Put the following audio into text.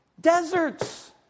Deserts